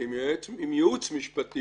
עם ייעוץ משפטי,